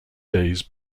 days